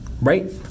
right